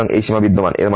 সুতরাং এই সীমা বিদ্যমান